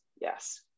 yes